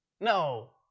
No